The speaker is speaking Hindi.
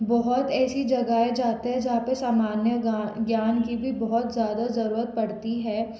बहुत ऐसी जगह जाते हैं जहाँ पर सामान्य ज्ञान की भी बहुत ज़्यादा ज़रूरत पड़ती है